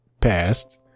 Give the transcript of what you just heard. past